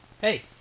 Hey